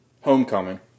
Homecoming